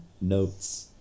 notes